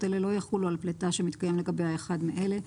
אלה לא יחולו על פליטה שמתקיים לגביה אחד מאלה: